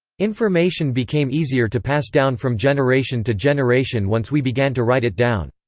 information became easier to pass down from generation to generation once we began to write it down.